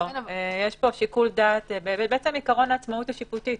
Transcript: זה בעצם עיקרון העצמאות השיפוטית.